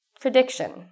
prediction